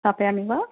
स्थापयामि वा